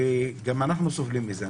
כי גם אנחנו סובלים מזה.